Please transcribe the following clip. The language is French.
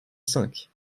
cinq